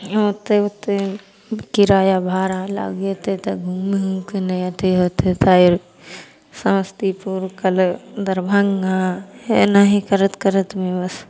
ओतेक ओतेक किराया भाड़ा लगेतै तऽ घुमहोके नहि अथी होतै फेर समस्तीपुर कल दरभङ्गा एनाहि करैत करैतमे बस